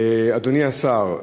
אדוני השר,